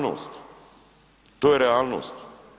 To je realnost.